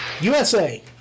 USA